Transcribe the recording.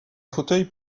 fauteuil